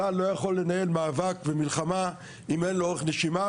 צה"ל לא יכול לנהל מאבק ומלחמה אם אין לו אורך נשימה,